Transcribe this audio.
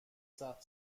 سقف